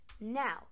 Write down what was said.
Now